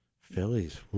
Phillies